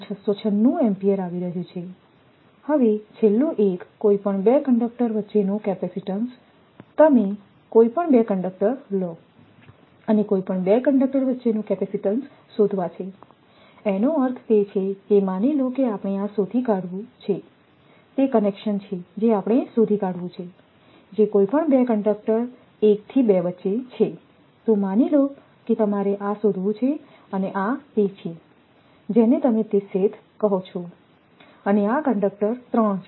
696A આવી રહ્યું છે હવે છેલ્લું 1 કોઈ પણ 2 કંડકટરો વચ્ચેનો કેપેસિટીન્સ તમે કોઈ પણ 2 કંડકટર લો અને કોઈ પણ 2 કંડક્ટર વચ્ચેના કેપેસિટીન્સ શોધવા છે એનો અર્થ તે છે કે માની લો કે આપણે આ શોધી કાઢવું છે તે કનેક્શન છે જે આપણે શોધી કાઢવું છે જે કોઈ પણ 2 કંડક્ટર 1 થી 2 વચ્ચે છે તો માની લો કે તમારે આ શોધવું છે આ તે છે જેને તમે તે શેથ કહો છો છે અને આ કન્ડક્ટર 3 છે